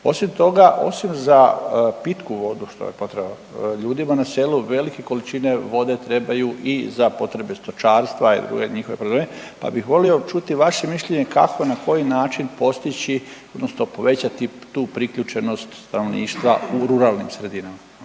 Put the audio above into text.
Osim toga, osim za pitku vodu što je potreba ljudima na selu veliku količinu vode trebaju i za potrebe stočarstva i druge njihove probleme pa bih volio čuti vaše mišljenje, kako, na koji način postići odnosno povećati tu priključenost stanovništva u ruralnim sredinama.